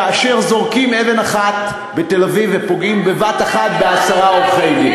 כאשר זורקים אבן אחת בתל-אביב ופוגעים בבת אחת בעשרה עורכי-דין,